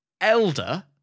elder